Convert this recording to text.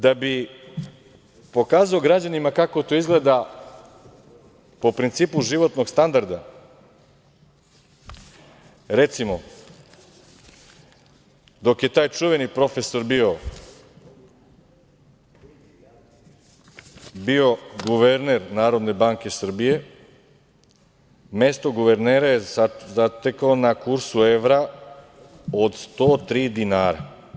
Da bih pokazao građanima kako to izgleda, po principu životnog standarda, recimo, dok je taj čuveni profesor bio guverner Narodne banke Srbije, mesto guvernera je zatekao na kursu evra od 103 dinara.